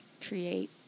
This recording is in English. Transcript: create